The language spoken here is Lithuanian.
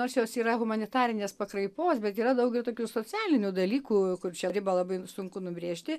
nors jos yra humanitarinės pakraipos bet yra daug ir tokių socialinių dalykų kur šią ribą labai sunku nubrėžti